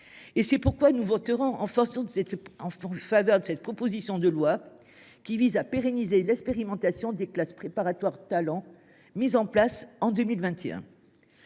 C’est pourquoi nous voterons cette proposition de loi qui vise à pérenniser l’expérimentation des classes préparatoires Talents mise en place en 2021.